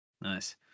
Nice